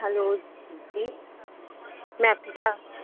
hello جی میں آپ کی کیا